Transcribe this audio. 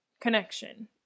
connection